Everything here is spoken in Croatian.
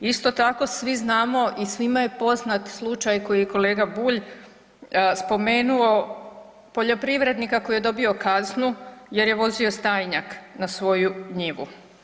Isto tako svi znamo i svima je poznat slučaj koji je kolega Bulj spomenuo poljoprivrednika koji je dobio kaznu jer je vozio stajnjak na svoju njivu.